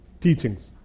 teachings